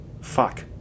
fuck